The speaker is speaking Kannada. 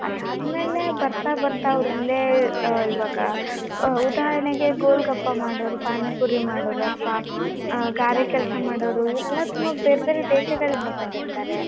ಅದಾದಮೆಲೆ ಬರ್ತಾ ಬರ್ತಾ ಅವರು ಇಲ್ಲೆ ಇವಾಗ ಉದಾಹರಣೆಗೆ ಗೋಲ್ಗಪ್ಪ ಮಾಡೋರು ಪಾನಿಪುರಿ ಮಾಡೋರು ಅಥವಾ ಗಾರೆ ಕೆಲಸ ಮಾಡೋರು ಇವರೆಲ್ಲ ತುಂಬ ಬೇರೆಬೇರೆ ದೇಶಗಳಿಂದ ಬಂದಿರ್ತಾರೆ